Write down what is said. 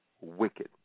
wicked